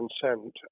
consent